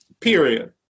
period